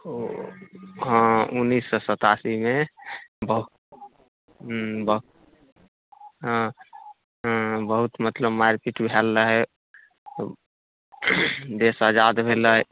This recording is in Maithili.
ओ हँ उन्नीस सए सतासीमे ब अम्म ब हँ बहुत मतलब मारि पीट भेल रहै देश आजाद भेलै